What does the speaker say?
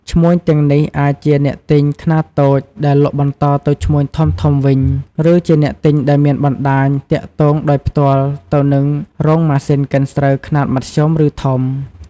ឈ្មួញទាំងនេះអាចជាអ្នកទិញខ្នាតតូចដែលលក់បន្តទៅឈ្មួញធំៗវិញ ឬជាអ្នកទិញដែលមានបណ្តាញទាក់ទងដោយផ្ទាល់ទៅនឹងរោងម៉ាស៊ីនកិនស្រូវខ្នាតមធ្យម ឬធំ។